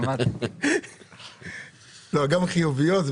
אנחנו הולכים להקטין את דמי הניהול עבור חוסכים שפרשו לפנסיה או שפורשים